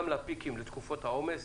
גם לפיקים, לתקופות העומס,